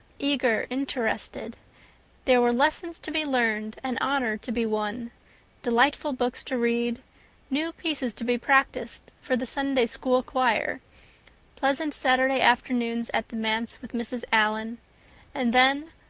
eager, interested there were lessons to be learned and honor to be won delightful books to read new pieces to be practiced for the sunday-school choir pleasant saturday afternoons at the manse with mrs. allan and then,